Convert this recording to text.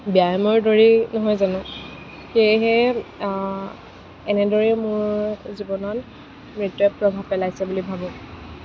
ব্যায়ামৰ দৰেই নহয় জানো সেয়েহে এনেদৰেই মোৰ জীৱনত নৃত্যই প্ৰভাৱ পেলাইছে বুলি ভাবোঁ